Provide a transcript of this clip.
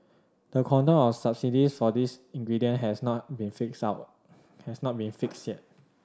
the quantum of subsidies for these ingredient has not been fixed out has not been fixed yet